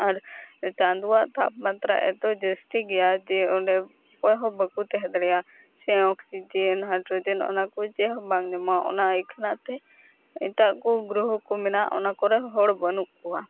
ᱟᱨ ᱪᱟᱸᱫᱚᱣᱟᱜ ᱛᱟᱯᱢᱟᱛᱨᱟ ᱮᱛᱚ ᱡᱟᱹᱥᱛᱤ ᱜᱮᱭᱟ ᱡᱮ ᱚᱸᱰᱮ ᱚᱠᱚᱭᱦᱚ ᱵᱟᱠᱚ ᱛᱮᱦᱮᱸ ᱫᱟᱲᱮᱭᱟᱜᱼᱟ ᱥᱮ ᱚᱠᱥᱤᱡᱮᱱ ᱦᱟᱭᱰᱨᱳᱡᱮᱱ ᱚᱱᱟᱠᱚ ᱪᱮᱫᱦᱚᱸ ᱵᱟᱝ ᱧᱟᱢᱚᱜᱼᱟ ᱚᱱᱟ ᱮᱠᱷᱱᱟᱛᱮ ᱮᱴᱟᱜᱠᱚ ᱜᱨᱚᱦᱚᱠᱚ ᱢᱮᱱᱟᱜ ᱚᱱᱟᱠᱚᱨᱮ ᱦᱚᱲ ᱵᱟᱹᱱᱩᱜ ᱠᱚᱣᱟ